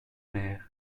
mer